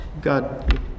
God